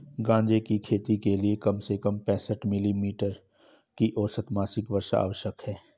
गांजे की खेती के लिए कम से कम पैंसठ मिली मीटर की औसत मासिक वर्षा आवश्यक है